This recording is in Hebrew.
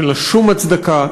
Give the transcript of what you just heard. שאין לה שום הצדקה.